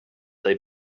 they